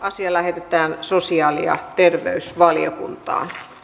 asia lähetettiin sosiaali ja terveysvaliokunta